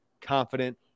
confident